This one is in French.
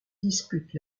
dispute